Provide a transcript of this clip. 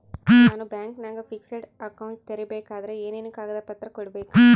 ನಾನು ಬ್ಯಾಂಕಿನಾಗ fixed account ತೆರಿಬೇಕಾದರೆ ಏನೇನು ಕಾಗದ ಪತ್ರ ಕೊಡ್ಬೇಕು?